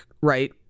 right –